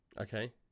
Okay